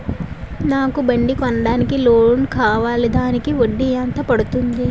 నాకు బండి కొనడానికి లోన్ కావాలిదానికి వడ్డీ ఎంత పడుతుంది?